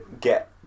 get